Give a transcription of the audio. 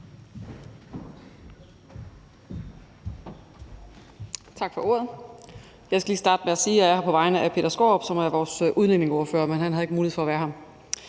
Tak for ordet. Jeg skal lige starte med at sige, at jeg er her på vegne af Peter Skaarup, som er vores udlændingeordfører, men ikke havde mulighed for at være her.